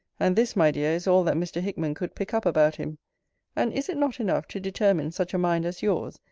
and this, my dear, is all that mr. hickman could pick up about him and is it not enough to determine such a mind as yours,